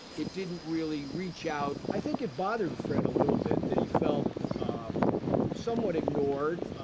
it didn't really reach out. i think it bothered fred a little bit that he felt um somewhat ignored,